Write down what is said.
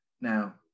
Now